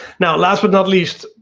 now last but not least,